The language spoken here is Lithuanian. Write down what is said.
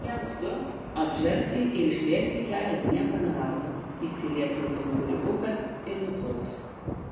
viens du apžergs jį ir išlėks į kelią nieko nelaukdamas įsilies į automobilių upę ir nuplauks